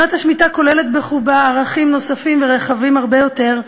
שנת השמיטה כוללת בחובה ערכים נוספים ורחבים יותר,